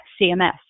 CMS